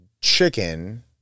chicken